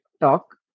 talk